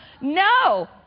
No